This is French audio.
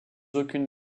aucune